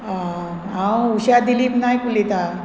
हांव उशा दिलीप नायक उलयतां